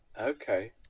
Okay